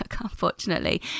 unfortunately